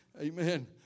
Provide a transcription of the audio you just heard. amen